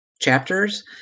chapters